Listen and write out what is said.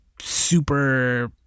super